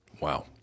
Wow